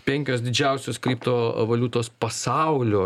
penkios didžiausios kriptovaliutos pasaulio